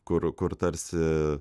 kur kur tarsi